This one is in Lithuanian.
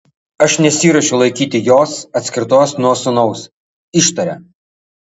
aš nesiruošiu laikyti jos atskirtos nuo sūnaus ištaria